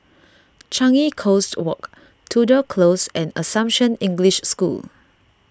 Changi Coast Walk Tudor Close and Assumption English School